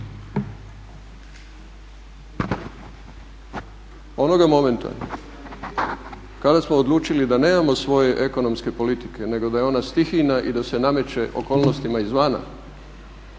onoga momenta kada smo odlučili da nemamo svoje ekonomske politike nego da je ona stihijna i da se nameće okolnostima izvana